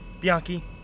Bianchi